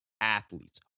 athletes